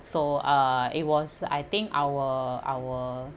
so uh it was I think our our